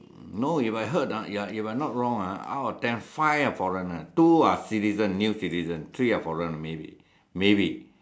no if I heard ah ya if I not wrong ah out of ten five are foreigners two are citizen new citizen three are foreigners maybe maybe